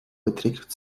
beträgt